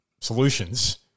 solutions